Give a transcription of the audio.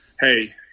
hey